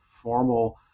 formal